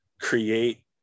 create